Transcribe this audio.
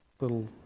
little